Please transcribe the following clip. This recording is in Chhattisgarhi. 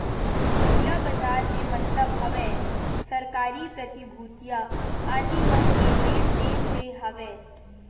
खुला बजार ले मतलब हवय सरकारी प्रतिभूतिया आदि मन के लेन देन ले हवय